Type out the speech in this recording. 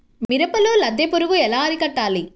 మిరపలో లద్దె పురుగు ఎలా అరికట్టాలి?